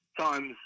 times